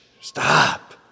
stop